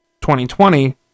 2020